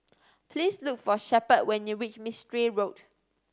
please look for Shepherd when you reach Mistri Road